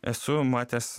esu matęs